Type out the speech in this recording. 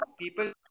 people